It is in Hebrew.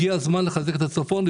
הגיע הזמן לחזק את הצפון.